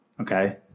okay